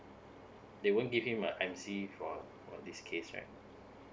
they won't give him a M C for for this case right